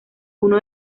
uno